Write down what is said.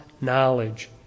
knowledge